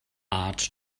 art